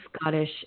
Scottish